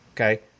Okay